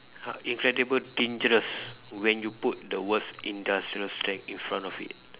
incredible dangerous when you put the words industrial strength in front of it